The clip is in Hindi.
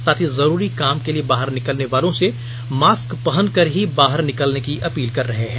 साथ ही जरूरी काम के लिए बाहर निकलने वालों से मास्क पहनकर ही बाहर निकलने की अपील कर रहे हैं